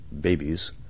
babies